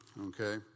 okay